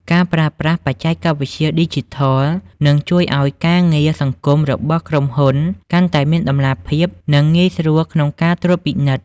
ការប្រើប្រាស់បច្ចេកវិទ្យាឌីជីថល នឹងជួយឱ្យការងារសង្គមរបស់ក្រុមហ៊ុនកាន់តែមាន តម្លាភាព និងងាយស្រួលក្នុងការត្រួតពិនិត្យ។